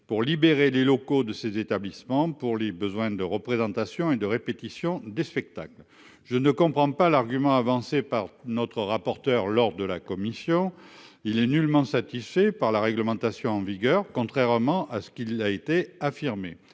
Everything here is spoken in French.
Pour libérer les locaux de ces établissements pour les besoins de représentation et de répétitions des spectacles. Je ne comprends pas l'argument avancé par notre rapporteur lors de la commission il est nullement satisfait par la réglementation en vigueur, contrairement à ce qu'il a été affirmé